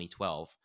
2012